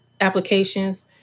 applications